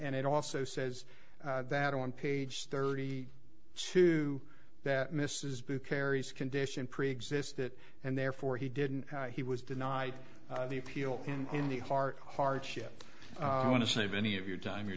and it also says that on page thirty two that mrs boo carries condition preexist it and therefore he didn't he was denied the appeal and in the heart hardship i want to save any of your time you're